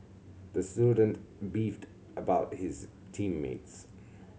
the student beefed about his team mates